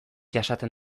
jasaten